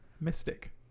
mystic